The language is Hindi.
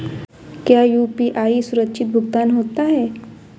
क्या यू.पी.आई सुरक्षित भुगतान होता है?